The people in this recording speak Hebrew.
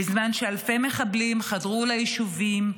בזמן שאלפי מחבלים חדרו ליישובים,